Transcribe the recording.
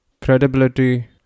credibility